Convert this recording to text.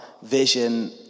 vision